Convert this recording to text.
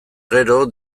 gero